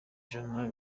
ijana